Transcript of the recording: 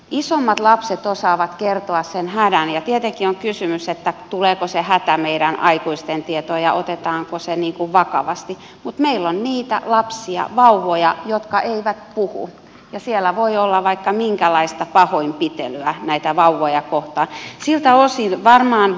isommat lapset osaavat kertoa sen hädän ja tietenkin on kysymys tuleeko se hätä meidän aikuisten tietoon ja otetaanko se vakavasti mutta meillä on niitä lapsia vauvoja jotka eivät puhu ja siellä voi olla vaikka minkälaista pahoinpitelyä näitä vauvoja kohtaan